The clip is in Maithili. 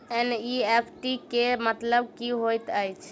एन.ई.एफ.टी केँ मतलब की होइत अछि?